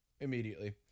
Immediately